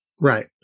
Right